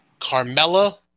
Carmella